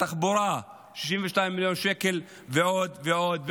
בתחבורה, 62 מיליון שקל, ועוד ועוד ועוד.